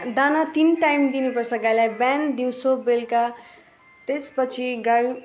दाना तिन टाइम दिनुपर्छ गाईलाई बिहान दिउँसो बेलुका त्यसपछि गाई